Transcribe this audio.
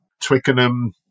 Twickenham